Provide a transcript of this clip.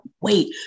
wait